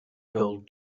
gold